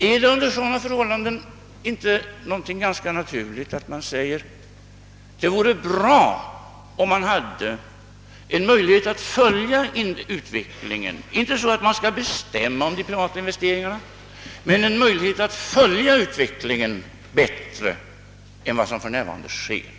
Är det under sådana förhållanden inte naturligt att resonera som så, att det vore bra om vi hade en möjlighet att följa utvecklingen — inte på det sättet att vi skulle bestämma över de privata investeringarna — bättre än vad som nu sker.